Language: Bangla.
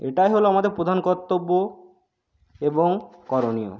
এটাই হল আমাদের প্রধান কর্তব্য এবং করণীয়